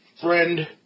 friend